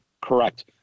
Correct